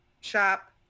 shop